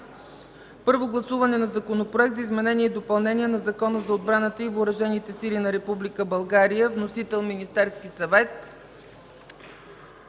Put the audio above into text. Първо гласуване на Законопроекта за изменение и допълнение на Закона за отбраната и въоръжените сили на Република България. Вносител – Министерският съвет.